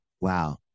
Wow